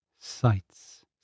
Sights